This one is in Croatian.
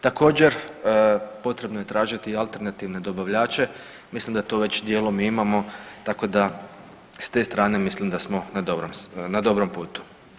Također potrebno je tražiti alternativne dobavljače, mislim da to već dijelom imamo tako da s te strane mislim da smo na dobrom putu.